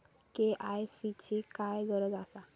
KYC ची काय गरज आसा?